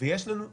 ויש לנו מאסה,